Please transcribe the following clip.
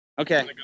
Okay